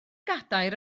gadair